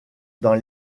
dans